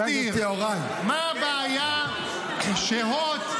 מה הבעיה שהוט,